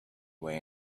way